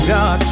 God